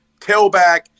tailback